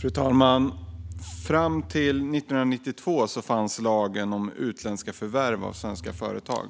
Fru talman! Fram till 1992 fanns lagen om utländska förvärv av svenska företag.